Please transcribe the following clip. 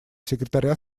секретаря